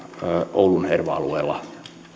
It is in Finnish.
oulun erva alueella